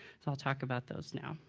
so i'll talk about those now.